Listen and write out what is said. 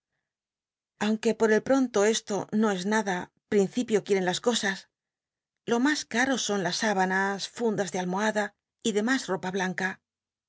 aunque por el pronto esto no es nada principio quieren las cosas lo mas caro son las sábanas fundas de almohada y lemas ropa blanca